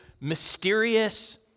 mysterious